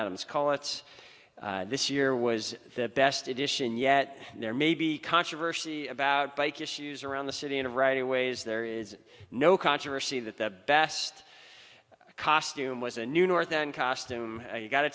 adams call it's this year was the best edition yet there may be controversy about bike issues around the city in a variety of ways there is no controversy that the best costume was a new north then costume you got